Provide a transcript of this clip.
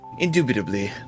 Indubitably